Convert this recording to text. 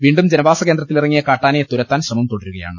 വീണ്ടും ജനവാസകേ ന്ദ്രത്തിലിറങ്ങിയ കാട്ടാനയെ തുരത്താൻ ശ്രമം തുടരുകയാണ്